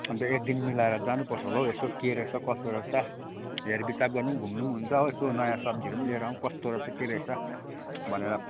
अन्त एकदिन मिलाएर जानुपर्छ होला हौ यसो के रहेछ कसो रहेछ हेर विचार गर्नु पनि घुम्नु पनि हुन्छ हो यसो नयाँ सब्जीहरू पनि लिएर आउँ कस्तो रहेछ के रहेछ भनेर